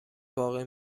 واقع